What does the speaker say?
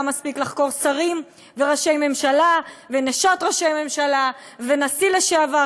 מספיק לחקור שרים וראשי ממשלה ונשות ראשי ממשלה ונשיא לשעבר,